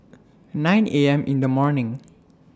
nine A M in The morning